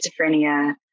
schizophrenia